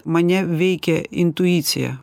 mane veikė intuicija